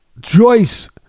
Joyce